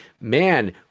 man